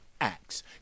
Acts